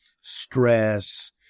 stress